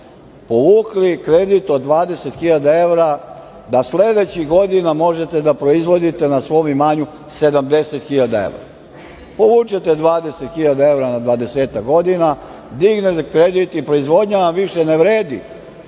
povukli kredit od 20.000 evra, da sledećih godina možete da proizvodite na svom imanju 70.000 evra? Povučete 20.000 evra na dvadesetak godina, dignete kredit i proizvodnja vam više ne vredi